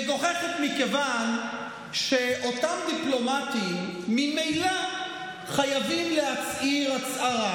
מגוחכת מכיוון שאותם דיפלומטים ממילא חייבים להצהיר הצהרה,